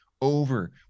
over